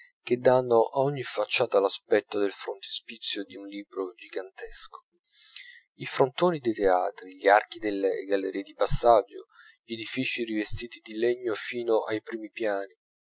che danno a ogni facciata l'aspetto del frontispizio d'un libro gigantesco i frontoni dei teatri gli archi delle gallerie di passaggio gli edifizi rivestiti di legno fino ai primi piani